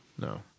no